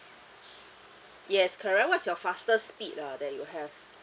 yes correct what's your fastest speed uh that you have